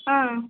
ಹಾಂ